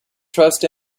trust